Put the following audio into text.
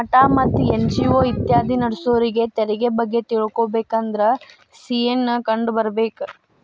ಮಠಾ ಮತ್ತ ಎನ್.ಜಿ.ಒ ಇತ್ಯಾದಿ ನಡ್ಸೋರಿಗೆ ತೆರಿಗೆ ಬಗ್ಗೆ ತಿಳಕೊಬೇಕಂದ್ರ ಸಿ.ಎ ನ್ನ ಕಂಡು ಬರ್ಬೇಕ